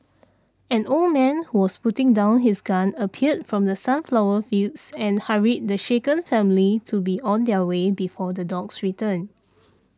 an old man who was putting down his gun appeared from the sunflower fields and hurried the shaken family to be on their way before the dogs return